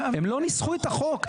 מה זה לא ניסחו את החוק?